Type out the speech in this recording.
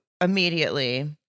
immediately